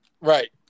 Right